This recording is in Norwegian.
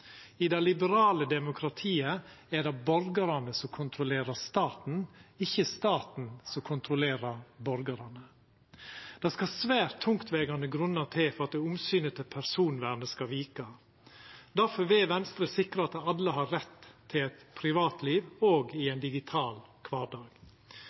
i privatlivet. I det liberale demokratiet er det borgarane som kontrollerer staten, ikkje staten som kontrollerer borgarane. Det skal svært tungtvegande grunnar til for at omsynet til personvernet skal vika. Difor vil me i Venstre sikra at alle har rett til privatliv òg i